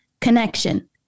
connection